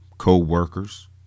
co-workers